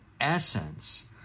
essence